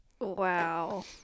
Wow